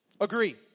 Agree